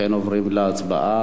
אכן עוברים להצבעה.